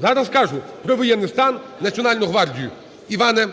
зараз скажу, про воєнний стан, Національну гвардію. Іване,